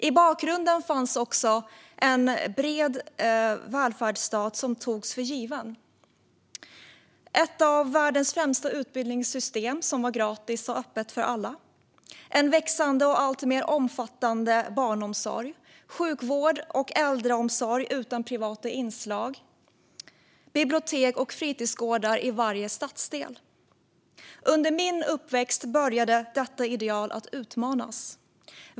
I bakgrunden fanns också en bred välfärdsstat som togs för given - ett av världens främsta utbildningssystem som var gratis och öppet för alla, en växande och alltmer omfattande barnomsorg, sjukvård och äldreomsorg utan privata inslag, bibliotek och fritidsgårdar i varje stadsdel. Under min uppväxt började detta ideal utmanas.